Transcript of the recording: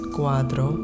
cuatro